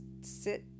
sit